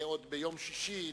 עוד ביום שישי,